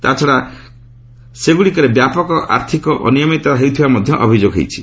ତା'ଛଡା ସେଗୁଡ଼ିକରେ ବ୍ୟାପକ ର୍ଥ୍ୟକ ଅନିୟମିତତା ହେଉଥିବାର ମଧ୍ୟ ଅଭିଯୋଗ ହୋଇଛି